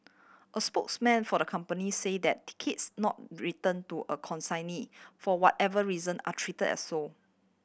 a spokesman for the company say that tickets not return to a consignee for whatever reason are treat as sold